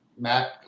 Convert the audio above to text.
matt